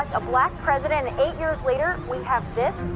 a black president, and eight years later, we have this?